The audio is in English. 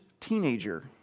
teenager